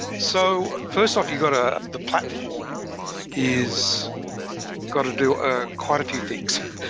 so first off, you got to the platform is got to do ah quite a few things.